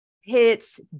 hits